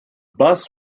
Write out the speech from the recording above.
bus